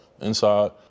inside